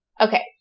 Okay